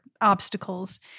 Obstacles